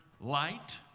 light